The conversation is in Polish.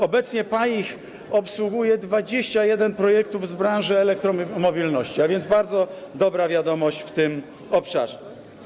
Obecnie PAIH obsługuje 21 projektów z branży elektromobilności, a więc to bardzo dobra wiadomość w tym obszarze.